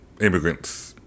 immigrants